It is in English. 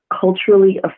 culturally